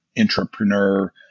entrepreneur